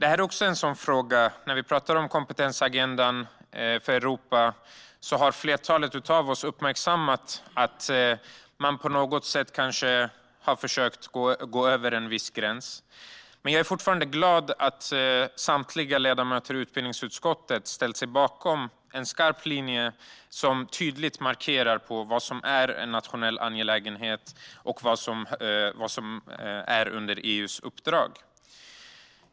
När det gäller kompetensagendan för Europa är det fler av oss som har uppmärksammat att man på något sätt har försökt att gå över en viss gräns. Men jag är glad över att samtliga ledamöter i utbildningsutskottet har ställt sig bakom en skarp linje som tydligt markerar vad som är en nationell angelägenhet och vad som ingår i EU:s uppdrag.